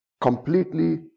completely